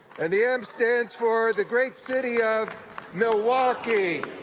and the m stands for the great city of milwaukee!